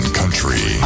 country